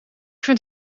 vind